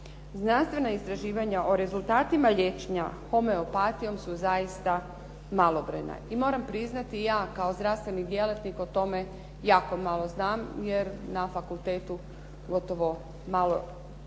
Znanstvena istraživanja o rezultatima liječenja homeopatijom su zaista malobrojna i moram priznati ja kao zdravstveni djelatnik o tome jako malo znam jer na fakultetu gotovo malo,